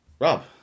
Rob